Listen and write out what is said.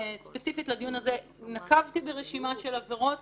ספציפית לדיון הזה אני נקבתי ברשימה של עבירות